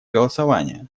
голосования